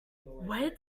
where